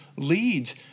Leads